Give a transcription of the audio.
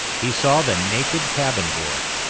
he saw the naked cabin boy.